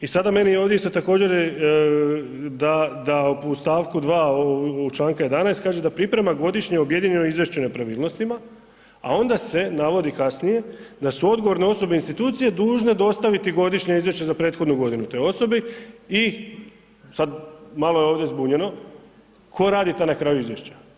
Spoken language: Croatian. I sada meni ovdje isto također da u stavku 2. članka 11. kaže da priprema godišnje objedinjeno izvješće o nepravilnostima a onda se navodi kasnije da su odgovorne osobe, institucije dužne dostaviti godišnje izvješće za prethodnu godinu toj osobi i sad malo je ovdje zbunjeno, tko radi ta na kraju izvješća.